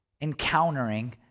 encountering